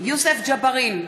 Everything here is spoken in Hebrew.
יוסף ג'בארין,